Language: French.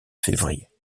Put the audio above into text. février